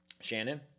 Shannon